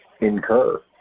incur